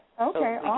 Okay